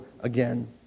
again